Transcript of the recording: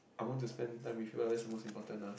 I want to spend time with you ah that's the most important ah